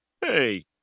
Hey